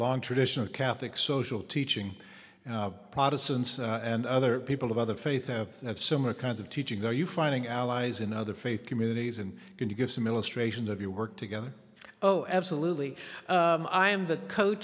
long tradition of catholic social teaching protestants and other people of other faith have similar kinds of teaching are you finding out lies in other faith communities and can you give some illustrations of your work together oh absolutely i am the co